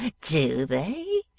do they?